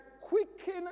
Quicken